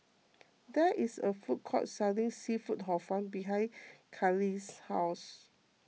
there is a food court selling Seafood Hor Fun behind Carli's house